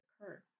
occur